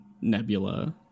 Nebula